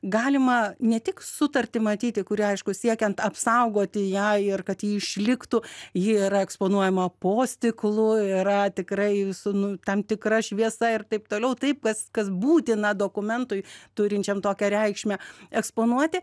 galima ne tik sutartį matyti kuri aišku siekiant apsaugoti ją ir kad ji išliktų ji yra eksponuojama po stiklu yra tikrai su nu tam tikra šviesa ir taip toliau taip kas kas būtina dokumentui turinčiam tokią reikšmę eksponuoti